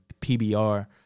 PBR